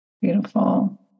Beautiful